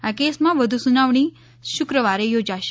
આ કેસમાં વધુ સુનાવણી શુક્રવારે યોજાશે